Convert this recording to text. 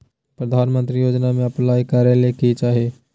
प्रधानमंत्री योजना में अप्लाई करें ले की चाही?